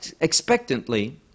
expectantly